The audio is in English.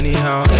Anyhow